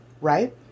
Right